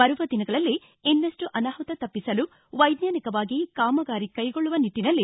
ಬರುವ ದಿನಗಳಲ್ಲಿ ಇನ್ನಷ್ಟು ಅನಾಹುತ ತಪ್ಪಿಸಲು ವೈಜ್ವಾನಿಕವಾಗಿ ಕಾಮಗಾರಿ ಕೈಗೊಳ್ಳುವ ನಿಟ್ಟನಲ್ಲಿ